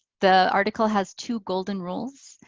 the article has two golden rules.